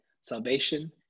salvation